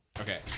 Okay